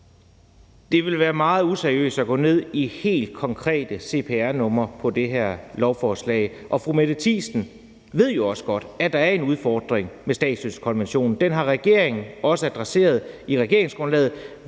Det ville være meget useriøst at gå ned i helt konkrete cpr-numre på det her lovforslag, og fru Mette Thiesen ved jo også godt, at der er en udfordring med statsløsekonventionen. Den har regeringen også adresseret i regeringsgrundlaget.